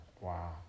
Wow